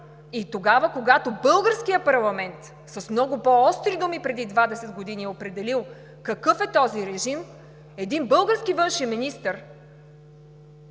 и тогава, когато българският парламент с много по-остри думи преди 20 години е определил какъв е този режим, един български външен министър